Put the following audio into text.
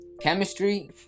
Chemistry